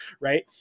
right